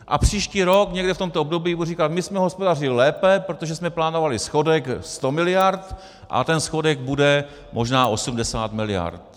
A příští rok někdy v tomto období bude říkat: My jsme hospodařili lépe, protože jsme plánovali schodek 100 mld. a ten schodek bude možná 80 mld.